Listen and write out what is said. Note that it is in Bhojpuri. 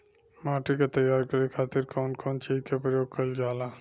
माटी के तैयार करे खातिर कउन कउन चीज के प्रयोग कइल जाला?